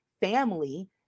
family